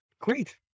great